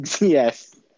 Yes